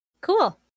Cool